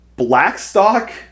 Blackstock